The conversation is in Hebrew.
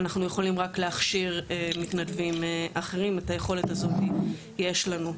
אנחנו יכולים רק להכשיר מתנדבים אחרים את היכולת הזאת יש לנו.